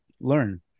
learn